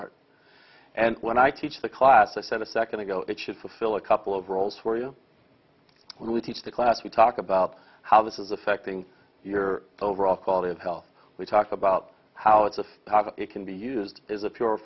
art and when i teach the class i said a second ago it should fulfill a couple of roles for you when we teach the class we talk about how this is affecting your overall quality of health we talk about how it's a part of it can be used as a pure